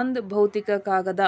ಒಂದ್ ಭೌತಿಕ ಕಾಗದ